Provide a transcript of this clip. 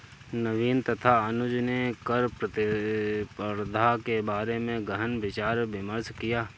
नवीन तथा अनुज ने कर प्रतिस्पर्धा के बारे में गहन विचार विमर्श किया